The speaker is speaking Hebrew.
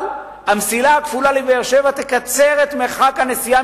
אבל המסילה הכפולה לבאר-שבע תקצר את הנסיעה